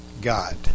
God